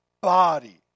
body